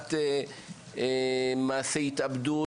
לקראת מעשה התאבדות,